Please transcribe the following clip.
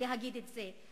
שיגיד את זה.